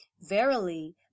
Verily